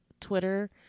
Twitter